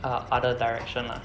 err other direction lah